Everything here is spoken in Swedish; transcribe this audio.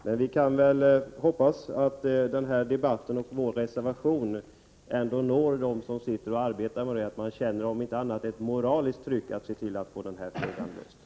Förhoppningsvis når denna debatt och vår reservation dem som sitter och arbetar, så att de känner ett, om inte annat, moraliskt tryck att se till att få den här frågan löst.